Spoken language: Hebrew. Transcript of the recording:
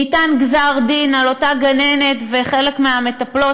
ניתן גזר דין על אותה גננת וחלק מהמטפלות,